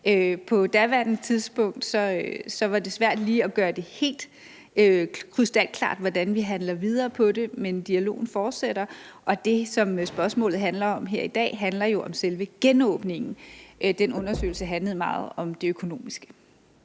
På daværende tidspunkt var det svært lige at gøre det helt krystalklart, hvordan vi handler videre på den, men dialogen fortsætter. Og det, som spørgsmålet handler om her i dag, er jo om selve genåbningen. Den undersøgelse handler meget om det økonomiske.